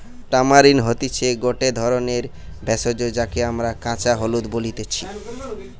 tamarind হতিছে গটে ধরণের ভেষজ যাকে আমরা কাঁচা হলুদ বলতেছি